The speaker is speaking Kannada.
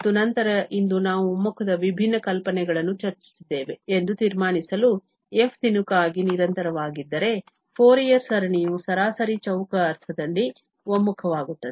ಮತ್ತು ನಂತರ ಇಂದು ನಾವು ಒಮ್ಮುಖದ ವಿಭಿನ್ನ ಕಲ್ಪನೆಯನ್ನು ಚರ್ಚಿಸಿದ್ದೇವೆ ಎಂದು ತೀರ್ಮಾನಿಸಲು f ತುಣುಕಾಗಿ ನಿರಂತರವಾಗಿದ್ದರೆ ಫೋರಿಯರ್ ಸರಣಿಯು ಸರಾಸರಿ ಚೌಕ ಅರ್ಥದಲ್ಲಿ ಒಮ್ಮುಖವಾಗುತ್ತದೆ